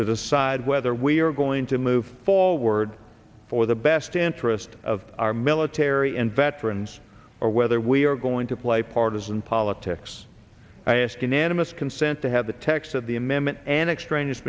to decide whether we are going to move forward for the best interest of our military and veterans or whether we are going to play partisan politics i ask unanimous consent to have the text of the amendment and extraneous